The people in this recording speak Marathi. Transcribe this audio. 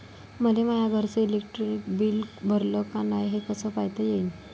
मले माया घरचं इलेक्ट्रिक बिल भरलं का नाय, हे कस पायता येईन?